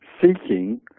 seeking